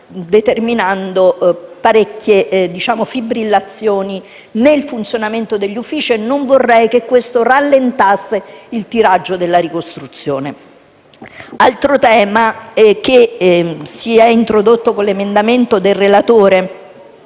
determinando parecchie fibrillazioni nel funzionamento degli uffici e non vorrei che questo rallentasse il tiraggio della ricostruzione. Altro tema introdotto con l'emendamento del relatore